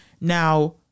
now